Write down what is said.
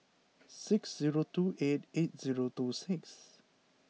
six zero two eight eight zero two six